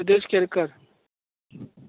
Siddesh Kerkar